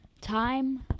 Time